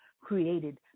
created